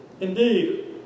Indeed